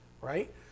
right